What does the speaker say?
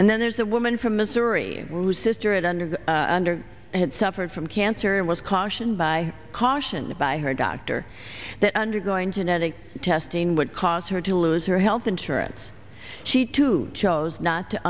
and then there's a woman from missouri lou sr it under under had suffered from cancer was cautioned by caution by her doctor that undergoing genetic testing would cause her to lose her health insurance she too chose not to